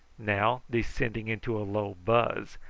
now descending into a low buzz,